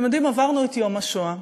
אתם יודעים, עברנו את יום השואה,